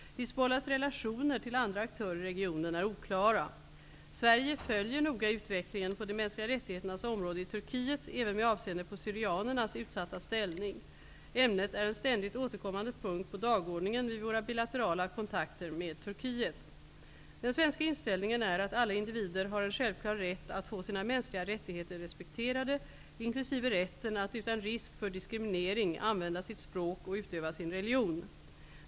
Hizbollahs relationer till andra aktörer i regionen är oklara. Sverige följer noga utvecklingen på de mänskliga rättigheternas område i Turkiet, även med avseende på syrianernas utsatta ställning. Ämnet är en ständigt återkommande punkt på dagordningen vid våra bilaterala kontakter med Den svenska inställningen är att alla individer har en självklar rätt att få sina mänskliga rättigheter respekterade, inkl. rätten att utan risk för diskriminering använda sitt språk och utöva sin religion.